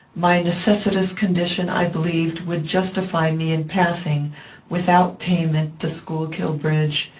my necessitous condition i believed would justify me in passing without payment the schuylkill bridge,